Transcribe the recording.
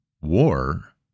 war